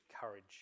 courage